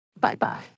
Bye-bye